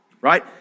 Right